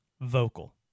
vocal